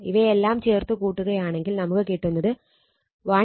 ഇവയെല്ലാം ചേർത്ത് കൂട്ടുകയാണെങ്കിൽ നമുക്ക് കിട്ടുന്നത് 186509